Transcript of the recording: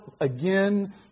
again